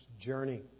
journey